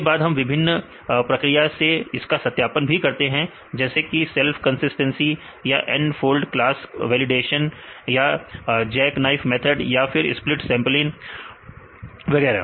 के बाद हम विभिन्न प्रक्रिया से इसका सत्यापन भी करते हैं जैसे कि सेल्फ कंसिस्टेंसी या n फॉल्ड क्लास वैलिडेशन क्या जैक नाइफ या फिर स्पिलीट सैंपलिंग वगैरह